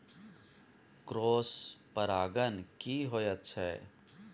Cross परागण की होयत छै?